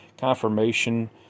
confirmation